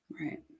Right